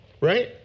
right